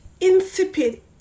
insipid